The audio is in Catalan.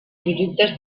productes